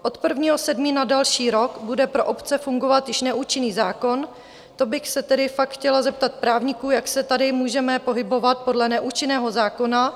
Od 1. 7. na další rok bude pro obce fungovat již neúčinný zákon to bych se fakt chtěla zeptat právníků, jak se tady můžeme pohybovat podle neúčinného zákona.